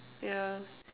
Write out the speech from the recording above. yeah